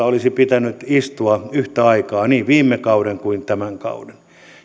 olisi pitänyt istua yhtä aikaa niin viime kauden kuin tämän kauden